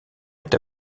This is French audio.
est